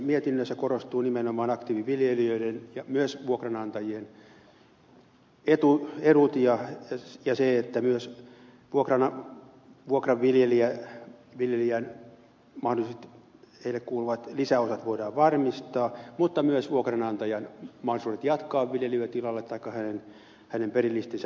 mietinnössä korostuvat nimenomaan aktiiviviljelijöiden ja myös vuokranantajien edut ja se että myös mahdollisesti vuokraviljelijälle kuuluvat lisäosat voidaan varmistaa mutta myös vuokranantajan taikka hänen perillistensä mahdollisuudet jatkaa viljelyä tilalla